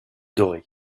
doré